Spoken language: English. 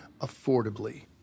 affordably